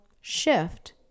shift